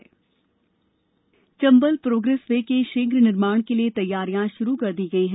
Chambal progress way Chambal progress way के शीघ्र निर्माण के लिये तैयारियां शुरू कर दी गई हैं